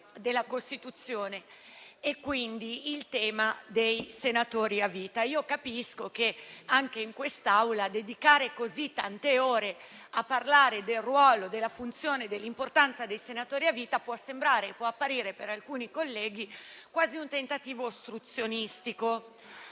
della Costituzione, quindi il tema dei senatori a vita. Io capisco che, anche in quest'Aula, dedicare così tante ore a parlare del ruolo, della funzione e dell'importanza dei senatori a vita può apparire, per alcuni colleghi, quasi un tentativo ostruzionistico.